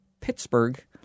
Pittsburgh